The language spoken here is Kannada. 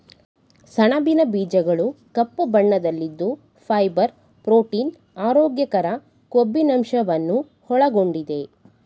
ಸಣಬಿನ ಬೀಜಗಳು ಕಪ್ಪು ಬಣ್ಣದಲ್ಲಿದ್ದು ಫೈಬರ್, ಪ್ರೋಟೀನ್, ಆರೋಗ್ಯಕರ ಕೊಬ್ಬಿನಂಶವನ್ನು ಒಳಗೊಂಡಿದೆ